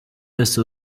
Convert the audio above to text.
wese